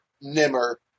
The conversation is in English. Nimmer